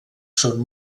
són